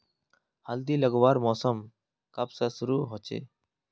हल्दी लगवार मौसम कब से शुरू होचए?